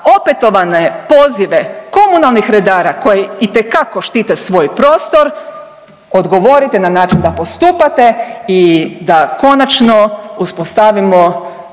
opetovane pozive komunalnih redara koji itekako štite svoj prostor odgovorite na način da postupate i da konačno uspostavimo